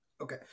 Okay